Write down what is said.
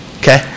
okay